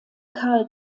karl